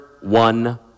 one